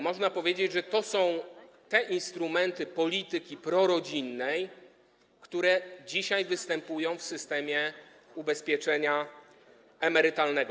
Można powiedzieć, że to są te instrumenty polityki prorodzinnej, które dzisiaj występują w systemie ubezpieczenia emerytalnego.